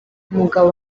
umugabo